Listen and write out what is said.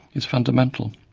is fundamental.